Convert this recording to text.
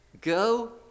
go